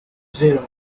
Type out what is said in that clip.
zero